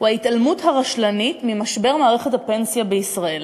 הוא ההתעלמות הרשלנית ממשבר מערכת הפנסיה בישראל